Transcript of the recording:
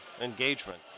engagement